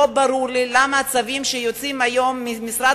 לא ברור לי למה הצווים שיוצאים היום ממשרד